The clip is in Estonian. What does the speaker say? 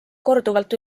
korduvalt